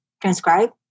transcribe